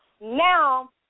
Now